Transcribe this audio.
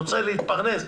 יוצא להתפרנס,